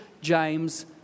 James